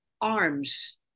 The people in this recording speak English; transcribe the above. arms